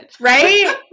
right